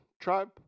tribe